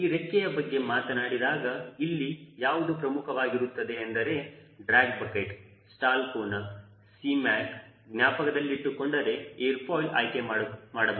ಈ ರೆಕ್ಕಿಯ ಬಗ್ಗೆ ಮಾತನಾಡಿದಾಗ ಇಲ್ಲಿ ಯಾವುದು ಪ್ರಮುಖವಾಗಿರುತ್ತದೆ ಎಂದರೆ ಡ್ರ್ಯಾಗ್ ಬಕೆಟ್ ಸ್ಟಾಲ್ ಕೋನ Cmac ಜ್ಞಾಪಕದಲ್ಲಿಟ್ಟುಕೊಂಡು ಏರ್ ಫಾಯಿಲ್ ಆಯ್ಕೆ ಮಾಡಬೇಕು